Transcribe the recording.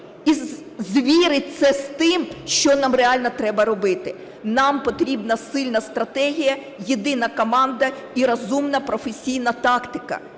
і звіриться з тим, що нам реально треба робити. Нам потрібна сильна стратегія, єдина команда і розумна професійна тактика,